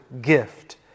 gift